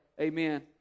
Amen